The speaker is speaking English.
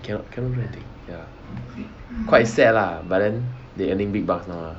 cannot cannot do anything ya quite sad lah but then they earning big bucks nows lah